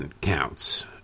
counts